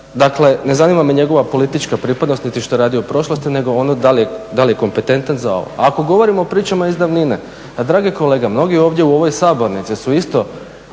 dakle ne zanima me njegova politička pripadnost niti što je radio u prošlosti nego ono da li je kompetentan za ovo. Ako govorimo o pričama iz davnine dragi kolege mnogi ovdje u ovoj sabornici su isto